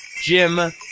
Jim